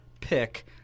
pick